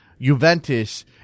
Juventus